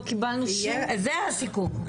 לא קיבלנו שום --- זה הסיכום.